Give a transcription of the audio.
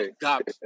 got